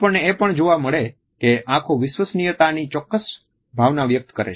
આપણને એ પણ જોવા મળે કે આંખો વિશ્વસનીયતાની ચોક્કસ ભાવના વ્યક્ત કરે છે